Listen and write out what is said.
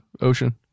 ocean